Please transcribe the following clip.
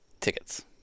Tickets